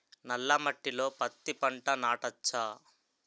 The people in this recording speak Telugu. నల్ల మట్టిలో పత్తి పంట నాటచ్చా?